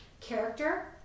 character